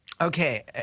Okay